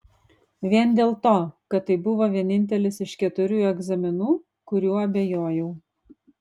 vien dėl to kad tai buvo vienintelis iš keturių egzaminų kuriuo abejojau